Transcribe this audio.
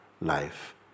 life